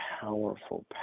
powerful